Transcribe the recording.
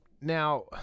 now